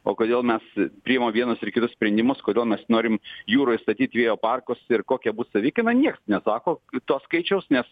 o kodėl mes priimam vienus ir kitus sprendimus kodėl mes norim jūroje statyt vėjo parkus ir kokia bus savikaina niekas nesako to skaičiaus nes